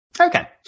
Okay